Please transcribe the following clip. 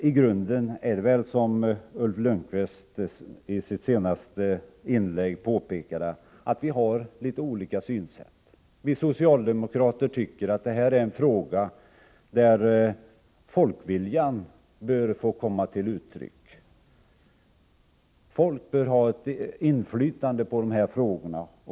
I grunden är det väl, som Ulf Lönnqvist i sitt senaste inlägg påpekade, så att vi har litet olika synsätt. Vi socialdemokrater tycker att det här är en fråga där folkviljan bör få komma till uttryck. Folk bör ha ett inflytande över de här frågorna.